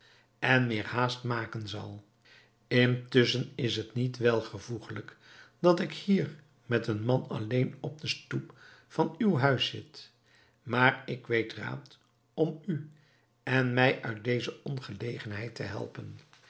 en meer haast maken zal intusschen is het niet welvoegelijk dat ik hier met een man alleen op de stoep van uw huis zit maar ik weet raad om u en mij uit deze ongelegenheid te helpen